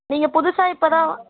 நீங்கள் புதுசாக இப்போ தான்